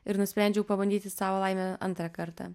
ir nusprendžiau pabandyti savo laimę antrą kartą